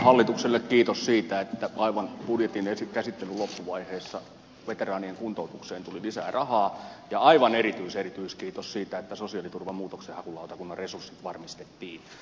hallitukselle kiitos siitä että aivan budjetin käsittelyn loppuvaiheessa veteraanien kuntoutukseen tuli lisää rahaa ja aivan erityis erityiskiitos siitä että sosiaaliturvan muutoksenhakulautakunnan resurssit varmistettiin